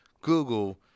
google